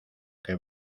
que